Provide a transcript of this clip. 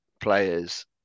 players